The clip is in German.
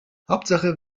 hauptsache